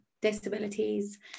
disabilities